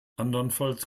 andernfalls